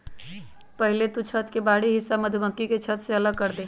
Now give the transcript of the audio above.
पहले तु छत्त के बाहरी हिस्सा मधुमक्खी के छत्त से अलग करदे